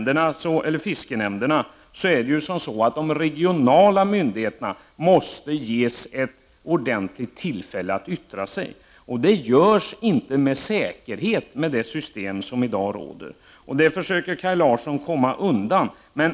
De regionala myndigheterna måste ges ett ordentligt tillfälle att yttra sig i fiskenämnderna. Det kan de inte med säkerhet göra i det system som i dag råder. Kaj Larsson försöker komma undan frågan.